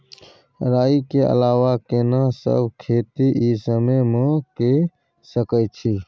राई के अलावा केना सब खेती इ समय म के सकैछी?